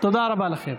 תודה רבה לכם.